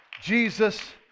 Jesus